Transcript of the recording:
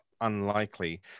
unlikely